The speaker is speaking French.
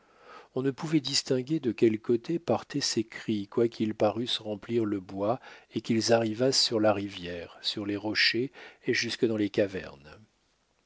on ne pouvait distinguer de quel côté partaient ces cris quoiqu'ils parussent remplir le bois et qu'ils arrivassent sur la rivière sur les rochers et jusque dans les cavernes